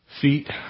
Feet